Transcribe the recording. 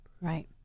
Right